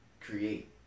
create